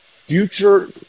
Future